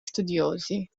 studiosi